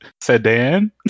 Sedan